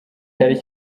cyari